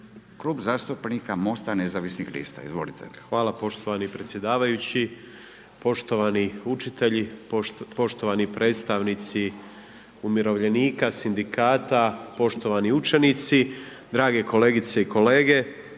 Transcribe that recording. Klub zastupnika MOST-a nezavisnih lista, izvolite. **Grmoja, Nikola (MOST)** Hvala poštovani predsjedavajući, poštovani učitelji, poštovani predstavnici umirovljenika, sindikata, poštovani učenici, drage kolegice i kolege,